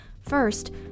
First